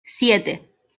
siete